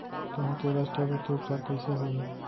गेहूँ के रस्ट रोग के उपचार कइसे होही?